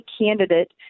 candidate